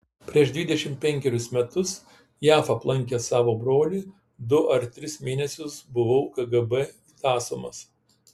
prieš dvidešimt penkerius metus jav aplankęs savo brolį du ar tris mėnesius buvau kgb tąsomas